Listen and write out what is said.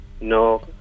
No